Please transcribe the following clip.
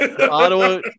ottawa